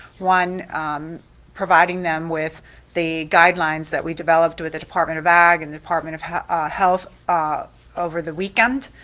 one providing them with the guidelines that we developed with the department of ag and the department of health ah health ah over the weekend,